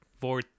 four